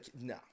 no